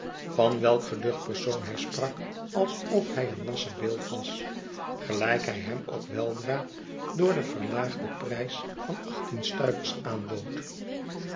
van welk geducht persoon hij sprak alsof hij een wassen beeld was gelijk hij hem ook weldra voor den verlaagden prijs van achttien stuivers aanbood